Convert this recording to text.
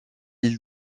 île